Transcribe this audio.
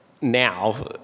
Now